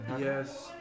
Yes